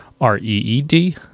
R-E-E-D